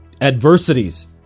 Adversities